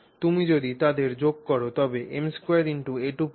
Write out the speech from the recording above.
তুমি যদি তাদের যোগ কর তবে m2 a2 পাবে